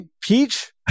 peach